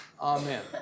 amen